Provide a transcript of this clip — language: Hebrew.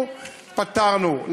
אנחנו פתרנו.